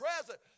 present